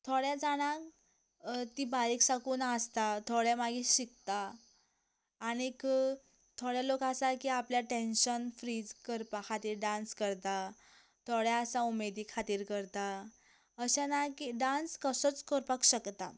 थोड्यां जाणांक ती बारीक साकून आसता थोडे मागीर शिकतात आनी थोडे लोक आसा की आपल्या टँशन फ्री करपा खातीर डांस करतात थोडे आसा उमेदी खातीर करता अशें ना की डांस कसोच करपाक शकना